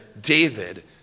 David